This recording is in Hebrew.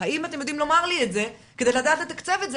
האם אתם יודעים לומר לי את זה כדי לדעת לתקצב את זה,